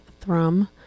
Thrum